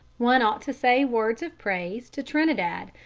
one ought to say words of praise to trinidad,